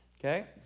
okay